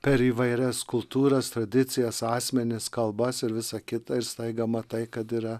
per įvairias kultūras tradicijas asmenis kalbas ir visa kita ir staiga matai kad yra